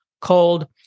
called